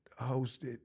hosted